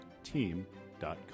team.com